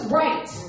right